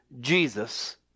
Jesus